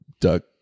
duck